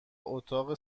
اتاق